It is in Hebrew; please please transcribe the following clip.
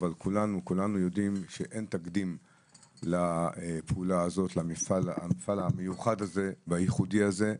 אבל כולנו יודעים שאין תקדים לפעולה הזאת למפעל המיוחד והייחודי הזה,